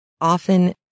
often